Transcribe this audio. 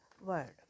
world